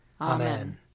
Amen